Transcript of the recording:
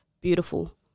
beautiful